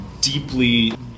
deeply